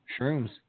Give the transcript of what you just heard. shrooms